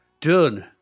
done